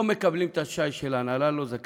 לא מקבלים את השי של ההנהלה, לא זכאים,